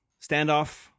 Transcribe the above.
Standoff